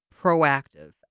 proactive